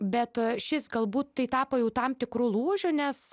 bet šis galbūt tai tapo jau tam tikru lūžiu nes